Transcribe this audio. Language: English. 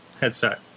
headset